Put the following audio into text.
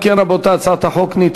התשע"ד 2014,